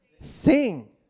sing